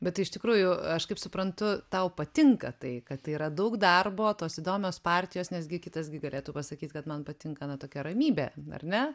bet tai iš tikrųjų aš kaip suprantu tau patinka tai kad yra daug darbo tos įdomios partijos nes gi kitas gi galėtų pasakyt kad man patinka na tokia ramybė ar ne